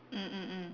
mm mm mm